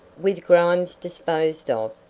with grimes disposed of,